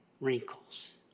wrinkles